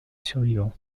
survivants